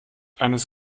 eines